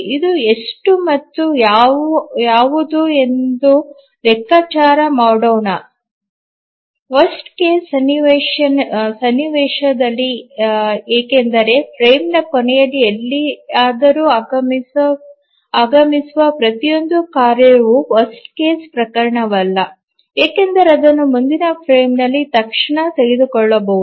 ಇದು ಎಷ್ಟು ಮತ್ತು ಯಾವುದು ಎಂದು ಲೆಕ್ಕಾಚಾರ ಮಾಡೋಣ ಕೆಟ್ಟ ಸನ್ನಿವೇಶದಲ್ಲಿ ಏಕೆಂದರೆ ಫ್ರೇಮ್ನ ಕೊನೆಯಲ್ಲಿ ಎಲ್ಲಿಯಾದರೂ ಆಗಮಿಸುವ ಪ್ರತಿಯೊಂದು ಕಾರ್ಯವು ಕೆಟ್ಟ ಪ್ರಕರಣವಲ್ಲ ಏಕೆಂದರೆ ಅದನ್ನು ಮುಂದಿನ ಫ್ರೇಮ್ನಲ್ಲಿ ತಕ್ಷಣ ತೆಗೆದುಕೊಳ್ಳಬಹುದು